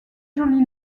joli